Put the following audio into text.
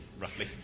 roughly